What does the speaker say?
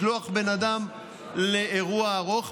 אתה לא צריך לשלוח בן אדם לאירוע ארוך,